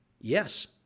Yes